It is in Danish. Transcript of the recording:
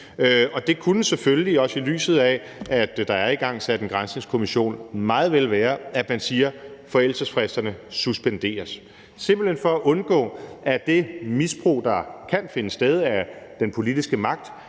Det kunne selvfølgelig, også i lyset af at der er igangsat en granskningskommission, meget vel være, at man siger, at forældelsesfristerne suspenderes. Det er simpelt hen for at det misbrug af den politiske magt,